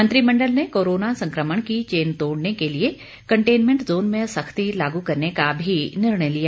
मंत्रिमंडल ने कोरोना संक्रमण की चेन तोड़ने के लिए कंटेनमेंट ज़ोन में सख्ती लागू करने का भी निर्णय लिया